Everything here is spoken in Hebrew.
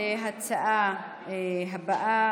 להצעה הבאה.